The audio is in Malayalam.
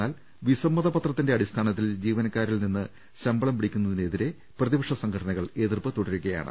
എന്നാൽ വിസമ്മതപത്രത്തിന്റെ അടിസ്ഥാനത്തിൽ ജീവ നക്കാരിൽ നിന്ന് ശമ്പളം പിടിയ്ക്കുന്നതിനെതിരെ പ്രതി പക്ഷ സംഘടനകൾ എതിർപ്പ് തുടരുകയാണ്